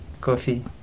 coffee